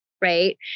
right